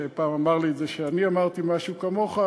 שפעם אמר לי את זה כשאני אמרתי משהו כמוך,